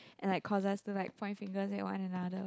and like cause us to like point fingers at one another